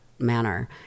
manner